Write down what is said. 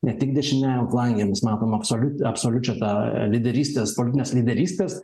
ne tik dešiniajam flange mes matom absoliut absoliučią tą lyderystės politinės lyderystės